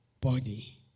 body